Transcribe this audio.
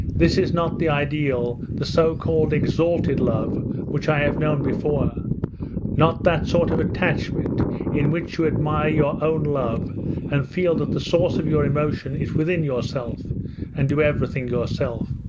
this is not the ideal, the so-called exalted love which i have known before not that sort of attachment in which you admire your own love and feel that the source of your emotion is within yourself and do everything yourself.